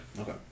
Okay